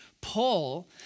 Paul